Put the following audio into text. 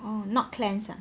oh not clans are